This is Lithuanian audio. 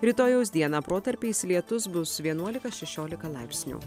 rytojaus dieną protarpiais lietus bus vienuolika šešiolika laipsnių